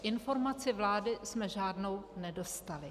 Informaci vlády jsme žádnou nedostali.